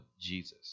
Jesus